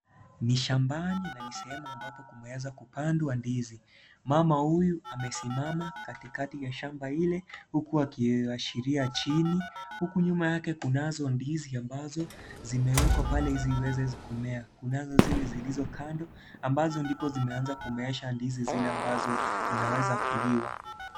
Ni shambani na ni sehemu ambapo kumeweza kupandwa ndizi. Mama huyu amesimama katikati ya shamba ile, huku akiashiria chini, huku nyuma yake kunazo ndizi ambazo zimewekwa pale ili ziweze kumea. Kunazo zile zilizo kando, ambazo ndipo zimeanza kumeesha ndizi zile ambazo zinaweza kuliwa.